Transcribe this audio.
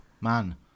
man